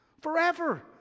forever